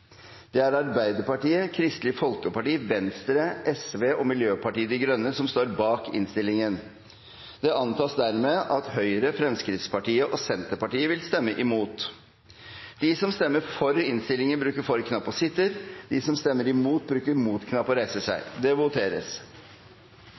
Det er Arbeiderpartiet, Kristelig Folkeparti, Venstre, Sosialistisk Venstreparti og Miljøpartiet De Grønne som står bak innstillingen. Det antas dermed at Høyre, Fremskrittspartiet og Senterpartiet vil stemme imot. Under debatten er det satt frem tolv forslag. Det er forslag nr. 7, fra Michael Tetzschner på vegne av Høyre, Kristelig Folkeparti, Venstre og Miljøpartiet De